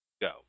go